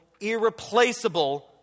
irreplaceable